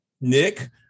Nick